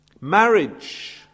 Marriage